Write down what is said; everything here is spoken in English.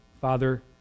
Father